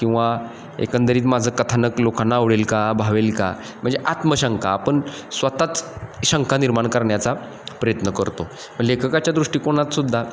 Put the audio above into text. किंवा एकंदरीत माझं कथानक लोकांना आवडेल का भावेल का म्हणजे आत्मशंका आपण स्वतःच शंका निर्माण करण्याचा प्रयत्न करतो लेखकाच्या दृष्टिकोनातसुद्धा